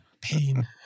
pain